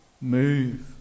move